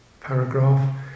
paragraph